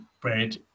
bread